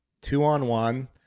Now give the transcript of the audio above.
two-on-one